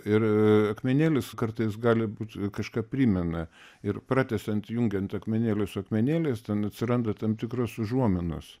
ir akmenėlis kartais gali būt kažką primena ir pratęsiant jungiant akmenėlius su akmenėliais ten atsiranda tam tikros užuominos